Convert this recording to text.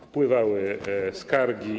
Wpływały skargi.